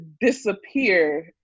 disappear